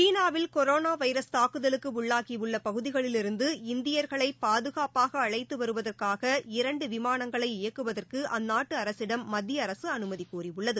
சீனாவில் corona virus தாக்குதலுக்கு உள்ளாகியுள்ள பகுதிகளிலிருந்து இந்தியர்களை பாதுகாப்பாக அழைத்து வருவதற்காக இரண்டு விமாளங்களை இயக்குவதற்கு அந்நாட்டு அரசிடம் மத்திய அரசு அனுமதி கோரியுள்ளது